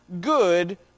good